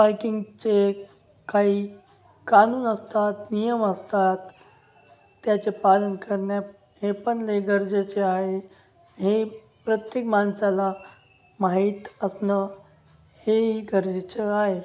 बायकिंगचे काही कानून असतात नियम असतात त्याचे पालन करणे हे पण लै गरजेचे आहे हे प्रत्येक माणसाला माहीत असणं हे ही गरजेचं आहे